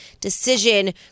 decision